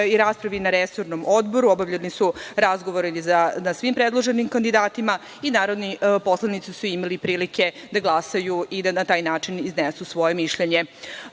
u raspravi na resornom odboru, obavljeni su razgovori o svim predloženim kandidatima i narodni poslanici su imali prilike da glasaju i da na taj način iznesu svoje mišljenje.U